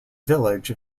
village